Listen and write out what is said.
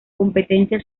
competencia